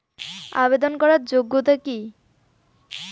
আবেদন করার যোগ্যতা কি?